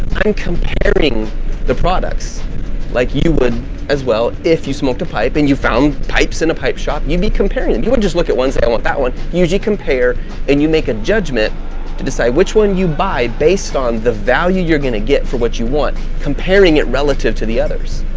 i'm comparing the products like you you would as well. if you smoked a pipe and you found pipes in a pipe shop, you'd be comparing them. you wouldn't just look at one, and say, i want that one you usually compare and you make a judgment to decide which one you buy based on the value you're gonna get for what you want. comparing it relative to the others.